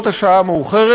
למרות השעה המאוחרת.